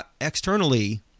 externally